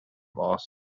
loss